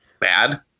bad